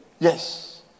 Yes